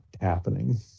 happening